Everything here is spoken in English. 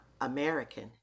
american